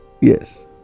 Yes